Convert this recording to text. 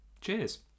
Cheers